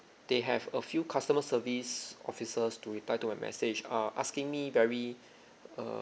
they have a few customer service officers to reply to my message uh asking me very err